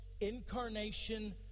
incarnation